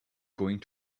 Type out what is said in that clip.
going